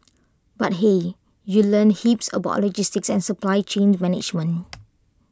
but hey you learn heaps about logistics and supply chain management